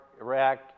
Iraq